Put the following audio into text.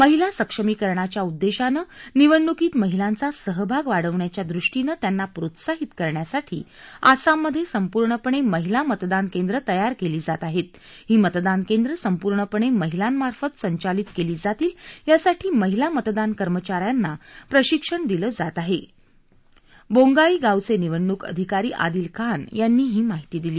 महिला सक्षमीकरणाच्या उद्देशानं निवडणुकीत महिलांचा सहभाग वाढवण्याच्या दृष्टीनं त्यांना प्रोत्साहित करण्यासाठी आसाममध्ये संपूर्णपणे महिला मतदान केंद्र तयार केली जात आहेत ही मतदान केंद्र संपूर्णपणे महिलांमार्फत संचालित केली जातील यासाठी महिला मतदान कर्मचाऱ्यांना प्रशिक्षण दिलं जात आहे बोंनगाईगाव चे निवडणूक अधिकारी आदिल खान यांनी ही माहिती दिली